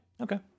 Okay